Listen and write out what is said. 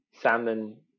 Salmon